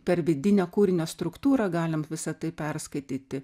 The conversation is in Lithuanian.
per vidinę kūrinio struktūrą galim visą tai perskaityti